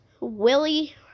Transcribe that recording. Willie